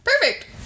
perfect